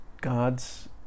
God's